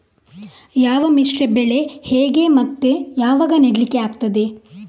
ಯಾವ ಮಿಶ್ರ ಬೆಳೆ ಹೇಗೆ ಮತ್ತೆ ಯಾವಾಗ ನೆಡ್ಲಿಕ್ಕೆ ಆಗ್ತದೆ?